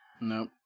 no